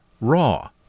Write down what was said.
raw